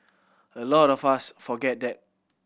a lot of us forget that